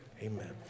Amen